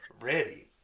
ready